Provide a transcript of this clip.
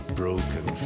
broken